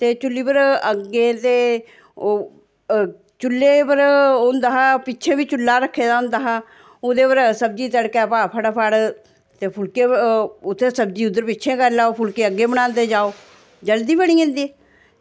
ते चुल्ली पर अग्गें ते चुल्हे पर होंदा हा पिच्छें बी चुल्ला रक्खे दा होंदा हा ओह्दे पर सब्ज़ी तड़के पा फटाफट ते फुल्कै उत्थें सब्ज़ी उद्धर पिच्छें करी लैओ फुल्कै अग्गें बनांदे जाओ जल्दी बनी जंदे